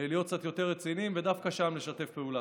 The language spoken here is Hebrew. להיות קצת יותר רציניים ודווקא שם לשתף פעולה.